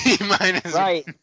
Right